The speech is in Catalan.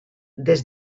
des